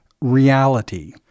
reality